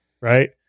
right